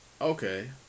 Okay